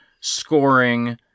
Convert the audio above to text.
scoring